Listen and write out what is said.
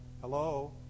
Hello